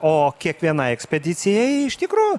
o kiekvienai ekspedicijai iš tikro